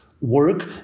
work